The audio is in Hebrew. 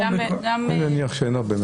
שזה גם --- אני מניח שאין הרבה מהם.